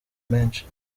menshi